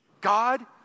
God